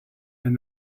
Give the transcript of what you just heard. and